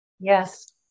Yes